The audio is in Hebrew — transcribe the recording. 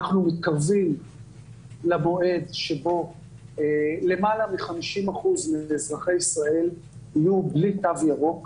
אנחנו מתקרבים למועד שבו למעלה מ-50% מאזרחי ישראל יהיו בלי תו ירוק,